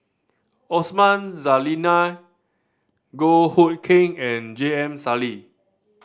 Osman Zailani Goh Hood Keng and J M Sali